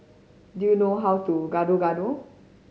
do you know how to Gado Gado